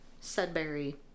Sudbury